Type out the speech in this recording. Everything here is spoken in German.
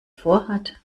vorhat